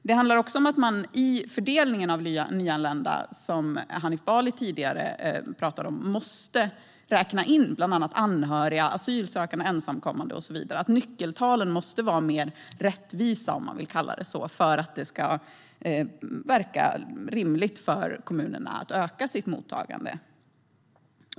Det handlar också om att man vid fördelningen av nyanlända måste räkna in anhöriga asylsökande, ensamkommande och så vidare, vilket Hanif Bali talade om tidigare. Nyckeltalen måste vara mer rättvisa - om man vill kalla det så - för att det ska verka rimligt för kommunerna att öka sitt mottagande.